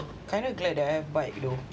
kind of glad I have bike though